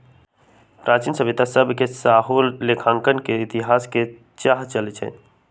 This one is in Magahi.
प्राचीन सभ्यता सभ से सेहो लेखांकन के इतिहास के थाह चलइ छइ